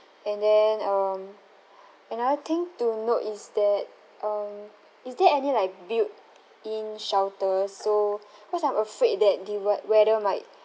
and then um another thing to note is that um is there any like built-in shelters so cause I'm afraid that the wea~ weather might